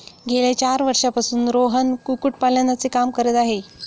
गेल्या चार वर्षांपासून रोहन कुक्कुटपालनाचे काम करत आहे